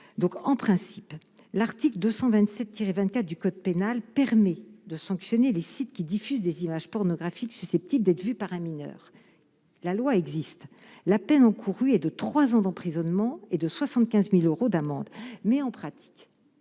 donc, en principe, l'article 227 Thierry 24 du code pénal permet de sanctionner les sites qui diffusent des images pornographiques susceptibles d'être vu par un mineur la loi existe la peine encourue est de 3 ans d'emprisonnement et de 75000 euros d'amende mais en pratique,